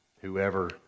whoever